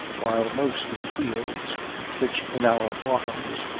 while most of the fields which, in our autumns,